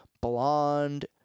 blonde